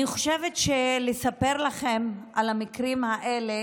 אני חושבת שלספר לכם על המקרים האלה,